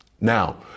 Now